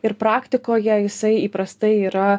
ir praktikoje jisai įprastai yra